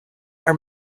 are